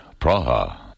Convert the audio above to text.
Praha